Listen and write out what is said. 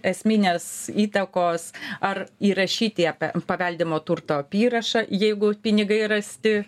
esminės įtakos ar įrašyti ape paveldimo turto apyrašą jeigu pinigai rasti